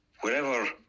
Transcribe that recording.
wherever